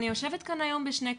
אני יושבת כאן היום בשני כובעים,